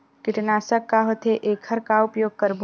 कीटनाशक का होथे एखर का उपयोग करबो?